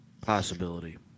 possibility